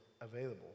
available